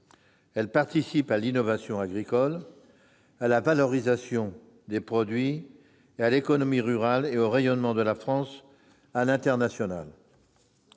Elles participent à l'innovation agricole, à la valorisation des produits, à l'économie rurale et au rayonnement de la France à l'international.